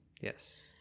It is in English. Yes